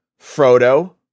Frodo